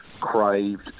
craved